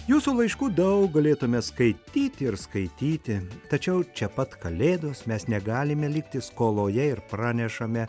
jūsų laiškų daug galėtume skaityti ir skaityti tačiau čia pat kalėdos mes negalime likti skoloje ir pranešame